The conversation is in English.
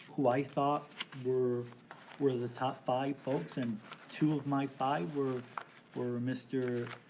who i thought were were the top five folks and two of my five were were mr.